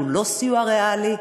שהוא לא סיוע ריאלי,